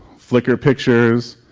flicker pictures,